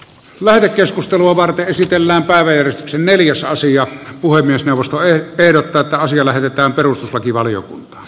mää keskustelua varten esitellään kaveri neliosaisia puhemiesneuvosto ehdottaa että asia lähetetään perustuslakivaliokuntaan